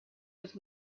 with